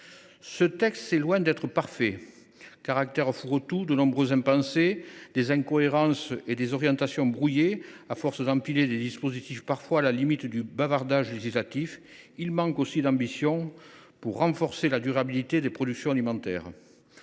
Ce texte est loin d’être parfait. Il a quelque chose d’un fourre tout, reflète de nombreux impensés, comporte des incohérences et des orientations brouillées, à force d’empiler des dispositifs, parfois à la limite du bavardage législatif. Il manque aussi d’ambition pour renforcer la durabilité des productions alimentaires.